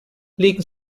legen